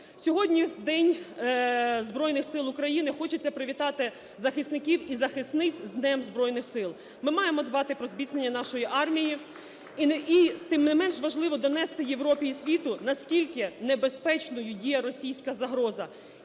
Сьогодні, в День Збройних Сил України, хочеться привітати захисників і захисниць з Днем Збройних Сил. Ми маємо дбати про зміцнення нашої армії. І тим не менш важливо донести Європі і світу, наскільки небезпечною є російська загроза.